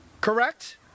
Correct